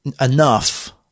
enough